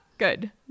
Good